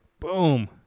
Boom